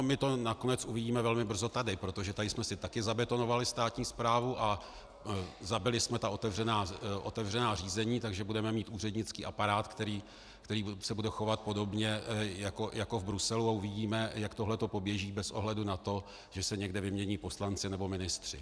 My to nakonec uvidíme velmi brzy tady, protože tady jsme si taky zabetonovali státní správu a zabili jsme otevřená řízení, takže budeme mít úřednický aparát, který se bude chovat podobně jako v Bruselu, a uvidíme, jak tohle poběží bez ohledu na to, že se někde vymění poslanci nebo ministři.